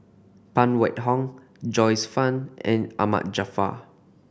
Phan Wait Hong Joyce Fan and Ahmad Jaafar